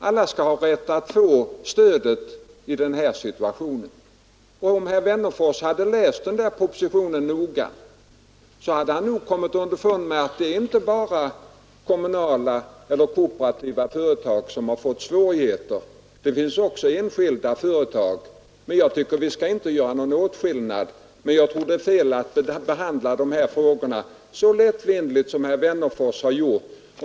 Alla skall ha rätt att få stöd i främja uthyrningen den här situationen. Om herr Wennerfors hade läst propositionen noga, så er SEA lägenhehade han säkert kommit underfund med att det inte bara är kommunala ter i nyproducerade eller kooperativa företag som har fått svårigheter utan också enskilda hus företag. Jag tycker att vi inte skall göra någon åtskillnad på företag av olika kategorier. Men jag tror det är fel att behandla dessa frågor så lättvindigt som herr Wennerfors har gjort.